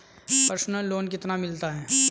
Personal loan कितना मिलता है?